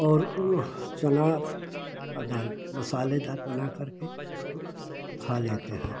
और चना और दाल मसाले दाक बनाकर के उसको खा लेते हैं